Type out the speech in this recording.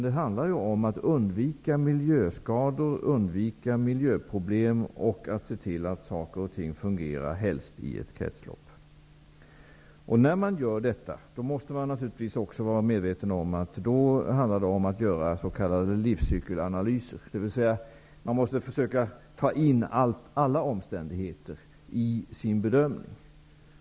Det handlar om att undvika miljöskador, miljöproblem, och att se till att saker och ting fungerar, helst i ett kretslopp. Man måste vara medveten om att det då gäller att göra s.k. livscykelanalyser. Man måste försöka ta in alla omständigheter i sin bedöming.